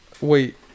Wait